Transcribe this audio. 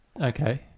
Okay